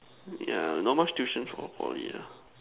yeah not much tuition for Poly ah